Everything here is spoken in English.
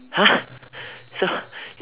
!huh! so